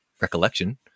recollection